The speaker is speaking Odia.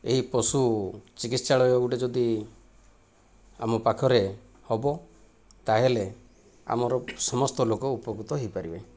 ଏହି ପଶୁ ଚିକିତ୍ସାଳୟ ଗୋଟିଏ ଯଦି ଆମ ପାଖରେ ହେବ ତା'ହେଲେ ଆମର ସମସ୍ତ ଲୋକ ଉପକୃତ ହୋଇପାରିବେ